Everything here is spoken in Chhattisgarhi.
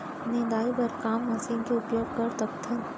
निंदाई बर का मशीन के उपयोग कर सकथन?